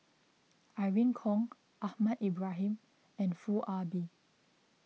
Irene Khong Ahmad Ibrahim and Foo Ah Bee